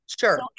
Sure